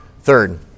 Third